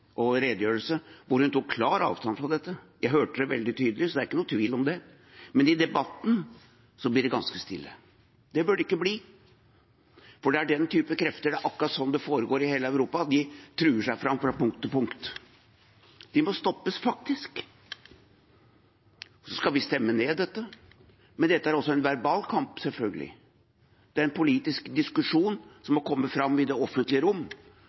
strålende redegjørelse hvor hun tok klar avstand fra dette. Jeg hørte det veldig tydelig, så det er ikke noen tvil om det, men i debatten blir det ganske stille. Det bør det ikke bli, for det er denne typen krefter – og akkurat sånn det foregår – i hele Europa; de truer seg fram fra punkt til punkt. De må stoppes, faktisk! Skal vi stemme ned dette? Men dette er selvfølgelig også en verbal kamp, det er en politisk diskusjon som må komme fram i det offentlige rom,